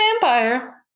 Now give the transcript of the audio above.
vampire